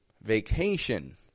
vacation